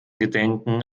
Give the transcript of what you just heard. gedenken